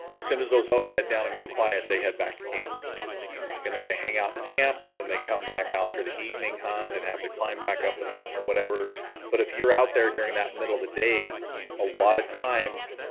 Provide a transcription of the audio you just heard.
as soon as those elk bed down and go quiet they head back to camp and then they hang out in camp and then they come back out for the evening hunt and have to climb back up the mountain or whatever but if you're out there during that middle of the day a lot of times